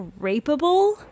rapeable